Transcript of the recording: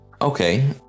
Okay